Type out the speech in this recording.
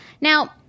Now